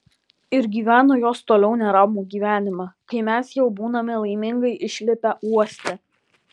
ir gyvena jos toliau neramų gyvenimą kai mes jau būname laimingai išlipę uoste